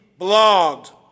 blogged